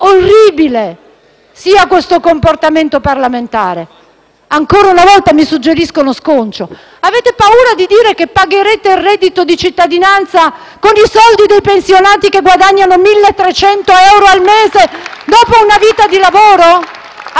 orribile sia questo comportamento parlamentare. Ancora una volta, mi suggeriscono: sconcio. Avete paura di dire che pagherete il reddito di cittadinanza con i soldi dei pensionati che guadagnano 1.300 euro al mese, dopo una vita di lavoro?